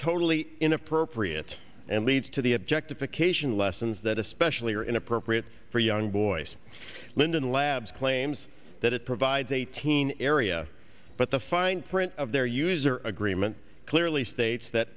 totally inappropriate and leads to the objectification lessons that especially are inappropriate for young boys linden labs claims that it provides eighteen area but the fine print of their user agreement clearly states that